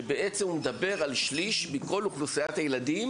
שבעצם הוא מדבר על שליש מכל אוכלוסיית הילדים,